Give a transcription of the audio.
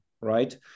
right